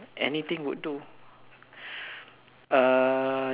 anything would do uh